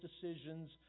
decisions